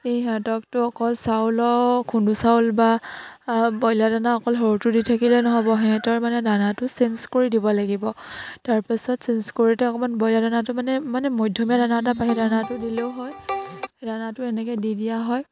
এই সিহঁতকতো অকল চাউলৰ খুন্দু চাউল বা ব্ৰইলাৰ দানা অকল সৰুটো দি থাকিলে নহ'ব সিহঁতৰ মানে দানাটো চেঞ্জ কৰি দিব লাগিব তাৰপিছত চেঞ্জ কৰি অকমান ব্ৰইলাৰ দানাটো মানে মানে মধ্যমীয়া দানা এটা পাই সেই দানাটো দিলেও হয় সেই দানাটো এনেকে দি দিয়া হয়